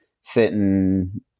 sitting